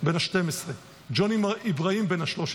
בן 12, ג'וני אבראהים, בן 13,